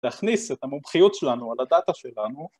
‫להכניס את המומחיות שלנו ‫על הדאטה שלנו.